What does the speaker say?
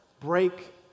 break